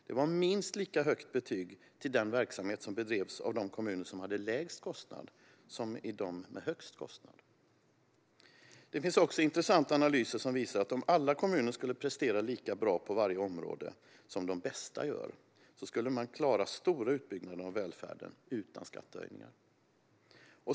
Det var minst lika högt betyg till den verksamhet som bedrevs av kommunerna med lägst kostnad som av dem med högst kostnad. Det finns också intressanta analyser som visar att om alla kommuner skulle prestera lika bra på varje område som de bästa gör skulle man klara stora utbyggnader av välfärden utan skattehöjningar.